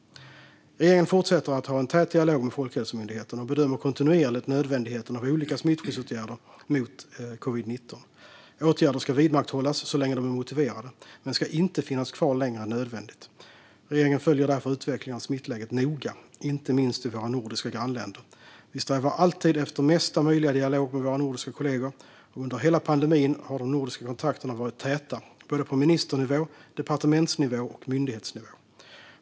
Regeringen fortsätter att ha en tät dialog med Folkhälsomyndigheten och bedömer kontinuerligt nödvändigheten av olika smittskyddsåtgärder mot covid-19. Åtgärder ska vidmakthållas så länge de är motiverade men ska inte finnas kvar längre än nödvändigt. Regeringen följer därför utvecklingen av smittläget noga, inte minst i våra nordiska grannländer. Vi strävar alltid efter mesta möjliga dialog med våra nordiska kollegor, och under hela pandemin har de nordiska kontakterna varit täta på både ministernivå, departementsnivå och myndighetsnivå.